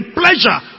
pleasure